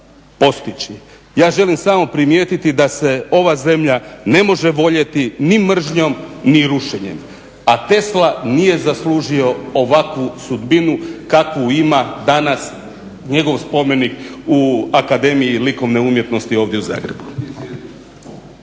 Ja želim samo primijetiti da se ova zemlja ne može voljeti ni mržnjom ni rušenjem. A Tesla nije zaslužio ovakvu sudbinu kakvu ima danas njegov spomenik u Akademiji likovne umjetnosti ovdje u Zagrebu.